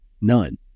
none